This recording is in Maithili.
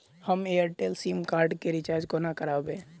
हम एयरटेल सिम कार्ड केँ रिचार्ज कोना करबै?